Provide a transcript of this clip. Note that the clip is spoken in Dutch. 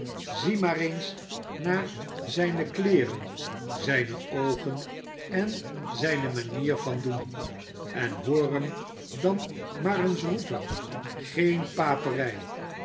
zie maar eens naar zijne kleeren zijne oogen en zijne manier van doen en hoor hem dan maar eens roepen geen paperij